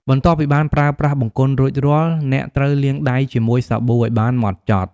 បន្ទាប់ពីបានប្រើប្រាស់បង្គន់រួចរាល់ អ្នកត្រូវលាងដៃជាមួយសាប៊ូឱ្យបានហ្មត់ចត់។